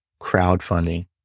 crowdfunding